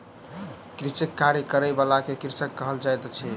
कृषिक कार्य करय बला के कृषक कहल जाइत अछि